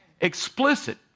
Explicit